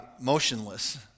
motionless